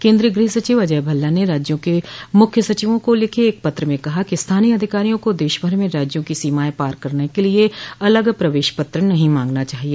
केन्द्रीय गृह सचिव अजय भल्ला ने राज्यों के मुख्य सचिवों को लिखे एक पत्र में कहा है कि स्थानीय अधिकारियों को देशभर में राज्यों की सीमाएं पार करने के लिए अलग प्रवेश पत्र नहीं मांगना चाहिए